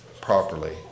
properly